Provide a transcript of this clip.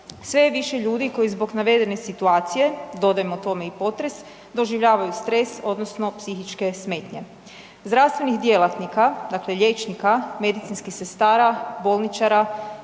je više ljudi koji zbog navedene situacije, dodajmo tome i potres, doživljavaju stres odnosno psihičke smetnje. Zdravstvenih djelatnika, dakle liječnika, medicinskih sestara, bolničara